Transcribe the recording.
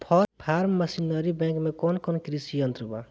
Form machinery bank में कौन कौन कृषि यंत्र बा?